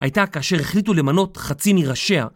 הייתה כאשר החליטו למנות חצי מראשיה.